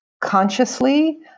consciously